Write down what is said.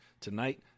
tonight